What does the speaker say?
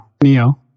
Neo